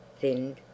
thinned